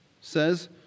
says